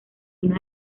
uno